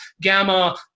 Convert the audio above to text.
gamma